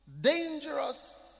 dangerous